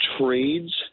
trades